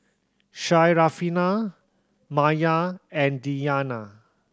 Syarafina Maya and Diyana